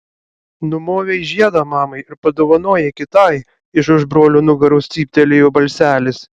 numovei žiedą mamai ir padovanojai kitai iš už brolio nugaros cyptelėjo balselis